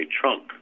trunk